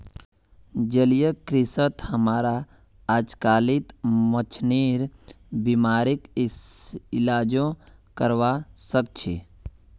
जलीय कृषित हमरा अजकालित मछलिर बीमारिर इलाजो करवा सख छि